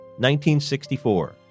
1964